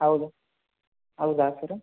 ಹೌದು ಹೌದಾ ಸರ್ರ